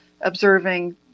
observing